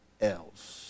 else